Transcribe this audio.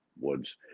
Woods